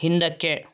ಹಿಂದಕ್ಕೆ